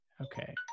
Okay